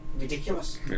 ridiculous